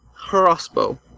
crossbow